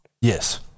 yes